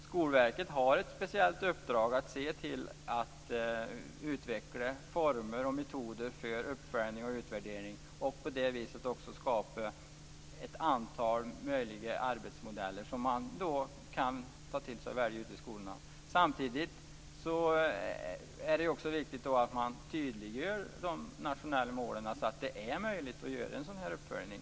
Skolverket har ett speciellt uppdrag att se till att utveckla former och metoder för uppföljning och utvärdering och på det viset också skapa ett antal möjliga arbetsmodeller som man kan ta till sig och välja i skolorna. Samtidigt är det också viktigt att man tydliggör de nationella målen så att det är möjligt att göra en sådan här uppföljning.